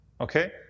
Okay